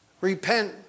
Repent